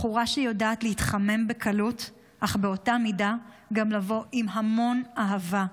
בחורה שיודעת להתחמם בקלות אך באותה מידה גם לבוא עם המון אהבה,